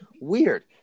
weird